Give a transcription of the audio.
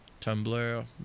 Tumblr